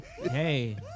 Hey